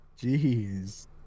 jeez